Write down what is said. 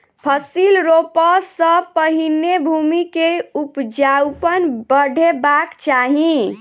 फसिल रोपअ सॅ पहिने भूमि के उपजाऊपन बढ़ेबाक चाही